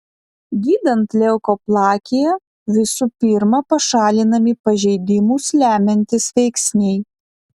gydant leukoplakiją visų pirma pašalinami pažeidimus lemiantys veiksniai